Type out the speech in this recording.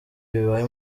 bibaye